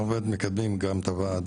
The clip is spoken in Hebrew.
אנחנו באמת מקבלים את הוועד,